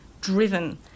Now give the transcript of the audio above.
driven